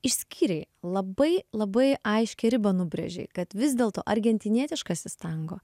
išskyrei labai labai aiškią ribą nubrėžei kad vis dėlto argentinietiškasis tango